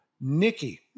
Nikki